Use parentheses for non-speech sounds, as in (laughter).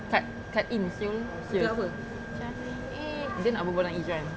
cut cut in [siol] serious (noise) dia nak berbual dengan izuan